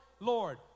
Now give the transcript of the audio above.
Lord